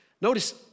Notice